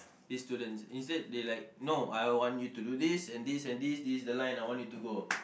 this students instead they like no I want you to do these and these and these these the line I want you to go